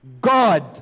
God